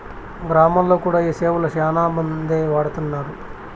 గ్రామాల్లో కూడా ఈ సేవలు శ్యానా మందే వాడుతున్నారు